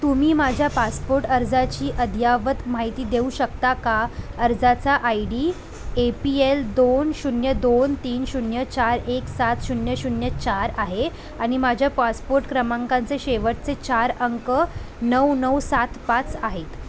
तुम्ही माझ्या पासपोट अर्जाची अद्ययावत माहिती देऊ शकता का अर्जाचा I D A P L दोन शून्य दोन तीन शून्य चार एक सात शून्य शून्य चार आहे आणि माझ्या पासपोट क्रमांकांचे शेवटचे चार अंक नऊ नऊ सात पाच आहेत